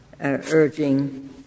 urging